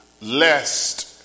lest